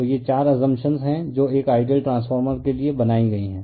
तो ये 4 अस्संपशन हैं जो एक आइडियल ट्रांसफार्मर के लिए बनाई गई हैं